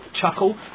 chuckle